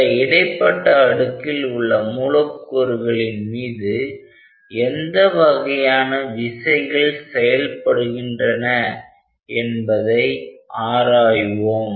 அந்த இடைப்பட்ட அடுக்கில் உள்ள மூலக்கூறுகளின் மீது எந்த வகையான விசைகள் செயல்படுகின்றன என்பதை ஆராய்வோம்